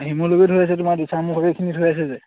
শিমলুগুৰিত হৈ আছে তোমাৰ দিচাংমুখত এইখিনিত হৈ আছে যে